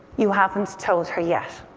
you haven't told her yet?